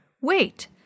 Wait